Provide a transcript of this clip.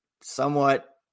somewhat